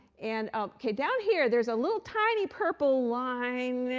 and ok, down here, there's a little tiny purple line.